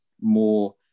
more